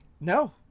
No